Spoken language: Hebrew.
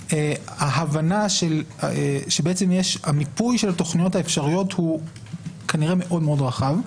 הבנה שבעצם המיפוי של התוכניות האפשריות הוא כנראה מאוד מאוד רחב,